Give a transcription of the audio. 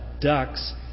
ducks